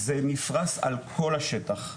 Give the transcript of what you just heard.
זה נפרס על כל השטח.